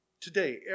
today